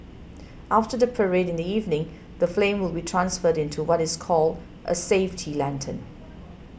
after the parade in the evening the flame will be transferred into what is called a safety lantern